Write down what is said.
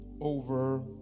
over